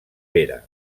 pere